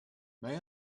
may